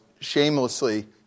Shamelessly